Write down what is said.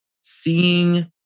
Seeing